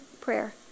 prayer